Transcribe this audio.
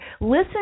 Listen